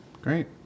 Great